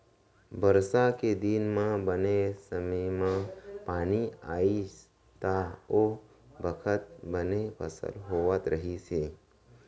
बरसा के दिन म बने समे म पानी आइस त ओ बखत बने फसल होवत रहिस हे